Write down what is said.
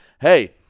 Hey